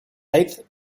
eighth